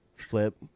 Flip